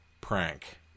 prank